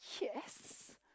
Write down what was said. yes